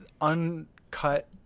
uncut